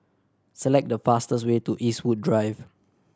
select the fastest way to Eastwood Drive